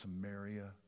Samaria